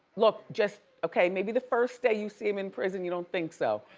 look just, okay. maybe the first day you see him in prison, you don't think so,